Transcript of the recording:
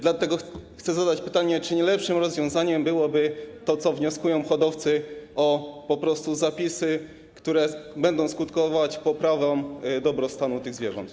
Dlatego chcę zadać pytanie: Czy nie lepszym rozwiązaniem byłoby to, co wnioskują hodowcy - po prostu zapisy, które będą skutkować poprawą dobrostanu tych zwierząt?